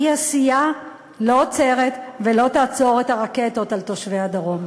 אי-עשייה לא עוצרת ולא תעצור את הרקטות על תושבי הדרום.